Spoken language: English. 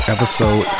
Episode